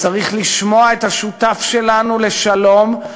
צריך לשמוע את השותף שלנו לשלום,